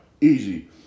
Easy